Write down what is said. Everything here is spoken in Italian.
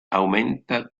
aumenta